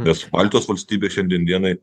nes baltijos valstybės šiandien dienai